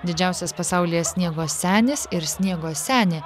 didžiausias pasaulyje sniego senis ir sniego senė